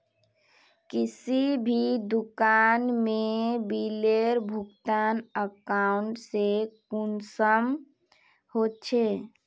किसी भी दुकान में बिलेर भुगतान अकाउंट से कुंसम होचे?